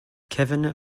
kevin